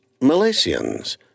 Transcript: Malaysians